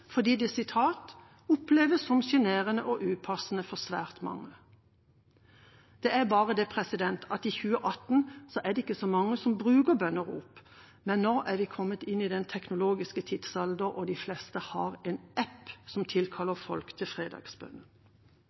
fordi det «oppleves som sjenerende og upassende for svært mange». Det er bare det at i 2018 er det ikke så mange som bruker bønnerop. Nå er vi kommet inn i den teknologiske tidsalder, og de fleste har en app som tilkaller folk til fredagsbønnen.